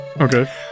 Okay